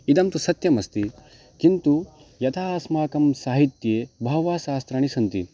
इदं तु सत्यमस्ति किन्तु यथा अस्माकं साहित्ये बहवः शास्त्राणि सन्ति